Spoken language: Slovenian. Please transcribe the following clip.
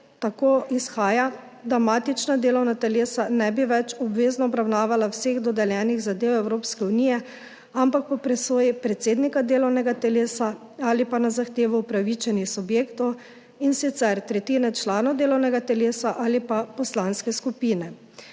tako izhaja, da matična delovna telesa ne bi več obvezno obravnavala vseh dodeljenih zadev Evropske unije, ampak po presoji predsednika delovnega telesa ali pa na zahtevo upravičenih subjektov, in sicer tretjina članov delovnega telesa ali pa poslanske skupine.